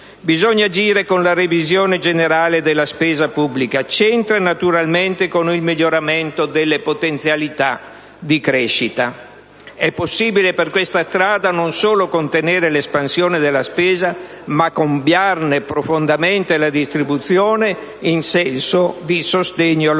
Bisogna agire con la revisione generale della spesa pubblica. C'entra naturalmente con il miglioramento delle potenzialità di crescita. È possibile per questa strada non solo contenere l'espansione della spesa, ma cambiarne profondamente la distribuzione nel senso di sostegno allo sviluppo.